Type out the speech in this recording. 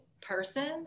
person